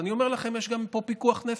ואני אומר לכם שיש פה גם פיקוח נפש.